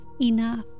enough